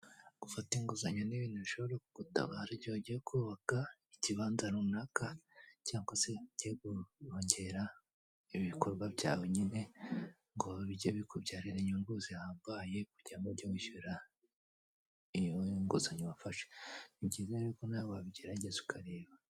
Gufata inguzanyo n'ibintu bishobora kugutabara igihe ugiye kubaka ikibanza runaka cyangwa se ugiye kongera ibikorwa byawe nyine ngo bijye bikubyarira inyungu zihambaye kugira ngp ujye wishyura iyo inguzanyo wafashe. Ni byiza rero ko nawe wabigerageza ukareba.